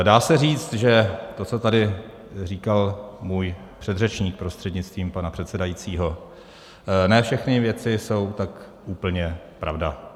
Dá se říct, že to, co tady říkal můj předřečník prostřednictvím pana předsedajícího, ne všechny věci jsou tak úplně pravda.